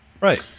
Right